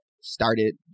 started